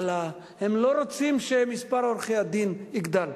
הם לא רוצים שמספר עורכי-הדין יגדל.